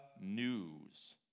news